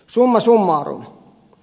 summa summarum